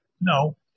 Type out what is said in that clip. no